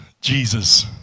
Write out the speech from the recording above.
jesus